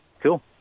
Cool